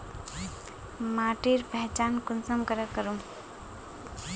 माटिर पहचान कुंसम करे करूम?